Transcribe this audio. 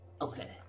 Okay